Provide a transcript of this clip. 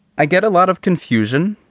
i get a lot of confusion.